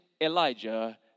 Elijah